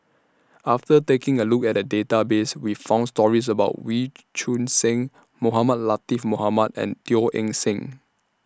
after taking A Look At The Database We found stories about Wee Choon Seng Mohamed Latiff Mohamed and Teo Eng Seng